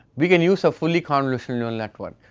we can use a fully convolution neural network.